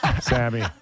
Sammy